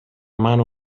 mano